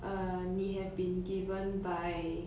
err 你 have been given by